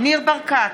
ניר ברקת,